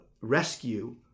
rescue